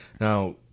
now